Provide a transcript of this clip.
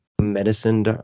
medicine